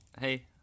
hey